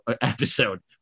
episode